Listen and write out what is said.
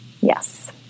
yes